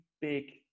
big